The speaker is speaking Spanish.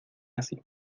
así